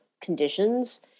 conditions